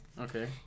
Okay